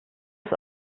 ist